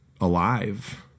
alive